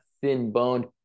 thin-boned